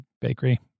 bakery